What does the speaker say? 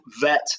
vet